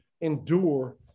endure